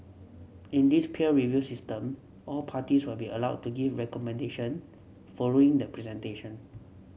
in this peer review system all parties will be allowed to give recommendation following the presentation